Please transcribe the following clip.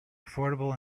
affordable